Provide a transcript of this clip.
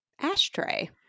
ashtray